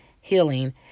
healing